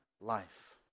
life